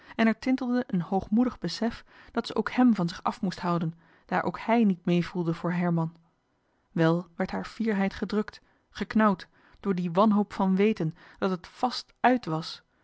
en er tintelde een hoogmoedig besef dat ze ook hem van zich af moest houden daar ook hij niet meevoelde voor herman wel werd haar fierheid gedrukt geknauwd door die wanhoop van weten dat het vàst ut was